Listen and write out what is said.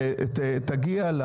תגיע.